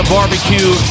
Barbecue